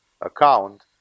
account